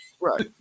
Right